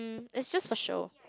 it's just for show